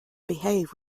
behave